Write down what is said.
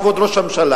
כבוד ראש הממשלה,